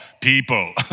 people